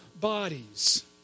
bodies